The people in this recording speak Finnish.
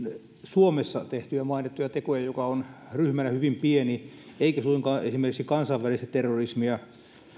suomessa tehtyjä mainittuja tekoja mikä on ryhmänä hyvin pieni eikä suinkaan esimerkiksi kansainvälistä terrorismia